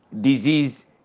disease